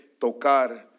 tocar